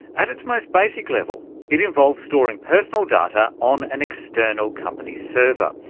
at its most basic level it involves storing personal data on an external company's server,